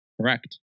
Correct